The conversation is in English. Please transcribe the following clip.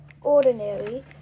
ordinary